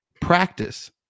Practice